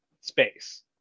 space